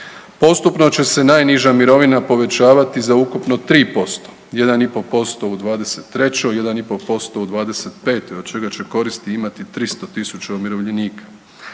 Postupno će se najniža mirovina povećavati za ukupno 3%. 1,5% u '23., 1,5% u '25. od čega će koristi imati 300.000 umirovljenika.